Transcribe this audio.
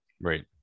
Right